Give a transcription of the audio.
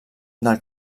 del